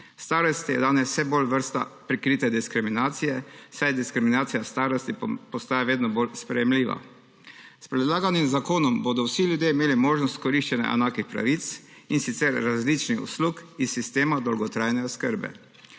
Starost je danes vse bolj vrsta prikrite diskriminacije, saj diskriminacija starosti postaja vse bolj sprejemljiva. S predlaganim zakonom bodo vsi ljudje imeli možnost koriščenja enakih pravic, in sicer različnih uslug iz sistema dolgotrajne oskrbe.